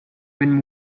when